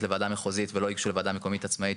לוועדה מחוזית ולא ייגשו לוועדה מקומית עצמאית,